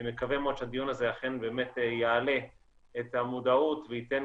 אני מקווה שהדיון אכן יעלה את המודעות וייתן